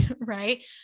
Right